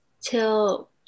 till